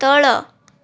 ତଳ